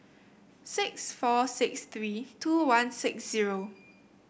six four six three two one six zero